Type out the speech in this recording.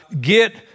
get